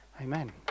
Amen